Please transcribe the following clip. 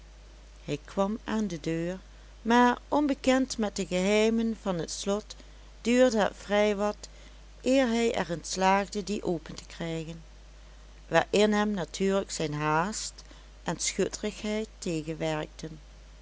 hij kwam aan de deur maar onbekend met de geheimen van het slot duurde het vrij wat eer hij er in slaagde die open te krijgen waarin hem natuurlijk zijn haast en schutterigheid tegenwerkten